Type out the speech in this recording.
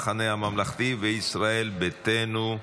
המחנה הממלכתי וישראל ביתנו.